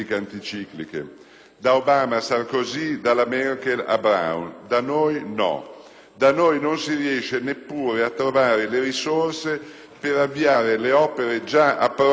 da Obama a Sarkozy, dalla Merkel a Brown. Da noi no; da noi non si riesce neppure a trovare le risorse per avviare le opere già approvate dal CIPE.